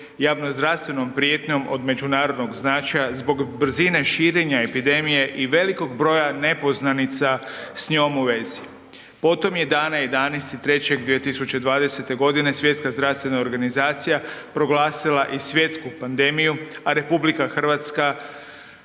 javno zdravstvenom prijetnjom od međunarodnog značaja zbog brzine širenja epidemije i velikog broja nepoznanica s njom u vezi. Potom je dana 11.3.2020. godine Svjetska zdravstvena organizacija proglasila i svjetsku pandemiju, a RH